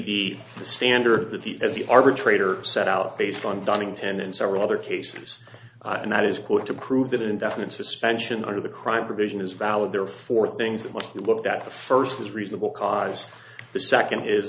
the standard as the arbitrator set out based on dunning ten and several other cases and that is called to prove that indefinite suspension under the crime provision is valid therefore things that what you look at the first is reasonable cause the second is